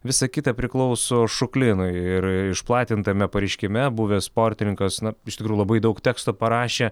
visa kita priklauso šuklinui ir išplatintame pareiškime buvęs sportininkas na iš tikro labai daug teksto parašė